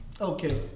Okay